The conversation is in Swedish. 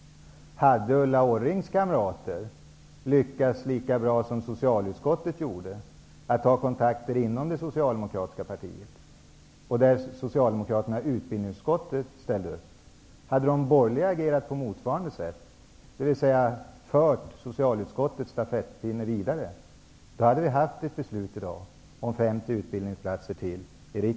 Socialdemokraterna i socialutskottet lyckades att få med sina partivänner i utbildningsutskottet. Om de borgerliga hade agerat på motsvarande sätt, dvs. hade fört socialutskottets stafettpinne vidare, hade det funnits ett riksdagsbeslut i dag om ytterligare 50 utbildningsplatser.